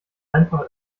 einfach